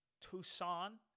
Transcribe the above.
tucson